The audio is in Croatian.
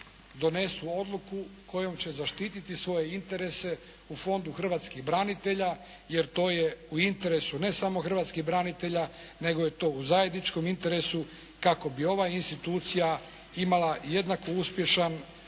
donesu odluku kojom će zaštiti svoje interese u Fondu hrvatskih branitelja jer to je u interesu ne samo hrvatskih branitelja, nego je to u zajedničkom interesu kako bi ova institucija imala jednako uspješan,